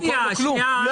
לא קורה לו כלום.